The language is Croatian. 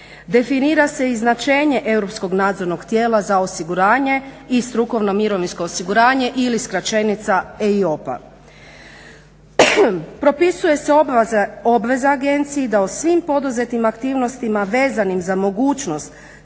Definira se i značenje europskog nadzornog tijela za osiguranje i strukovno mirovinsko osiguranje ili skraćenica EIOPA. Propisuje se obveza agenciji da o svim poduzetim aktivnostima vezanim za mogućnost